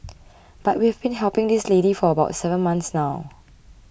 but we have been helping this lady for about seven months now